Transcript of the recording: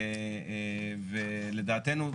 ולדעתנו,